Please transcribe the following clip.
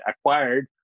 acquired